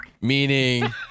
Meaning